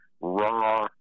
raw